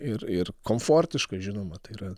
ir ir komfortiška žinoma tai yra